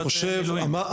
זכויות של מילואים.